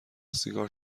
سیگار